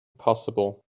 possible